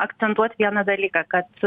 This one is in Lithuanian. akcentuot vieną dalyką kad